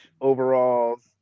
overalls